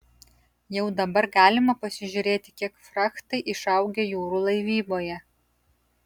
jau dabar galima pasižiūrėti kiek frachtai išaugę jūrų laivyboje